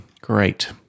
Great